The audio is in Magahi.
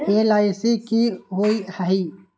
एल.आई.सी की होअ हई?